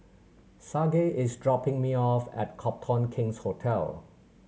sage is dropping me off at Copthorne King's Hotel